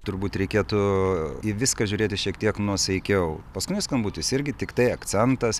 turbūt reikėtų į viską žiūrėti šiek tiek nuosaikiau paskutinis skambutis irgi tiktai akcentas